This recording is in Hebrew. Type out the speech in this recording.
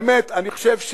באמת, אני חושב,